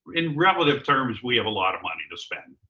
in relative terms, we have a lot of money to spend.